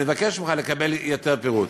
אני מבקש ממך לקבל יותר פירוט.